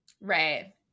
Right